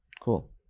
cool